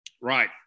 Right